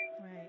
Right